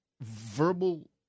verbal